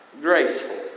graceful